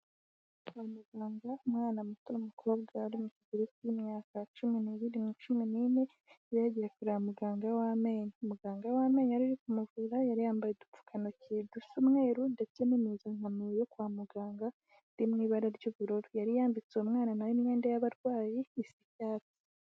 Kwa muganga umwana muto w'umukobwa uri mu kigero k'imyaka cumi n'ibiri na cumi n'ine, yari yagiye kureba muganga w'amenyo. Umuganga w'amenyo wari uri kumuvura yari yambaye udupfukantoki dusa umweru, ndetse n'impuzankano yo kwa muganga, iri mu ibara ry'ubururu. Yari yambitse uwo mwana na we imyenda y'abarwayi isa icyatsi.